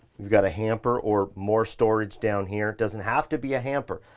you've got a hamper or more storage down here. it doesn't have to be a hamper.